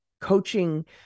coaching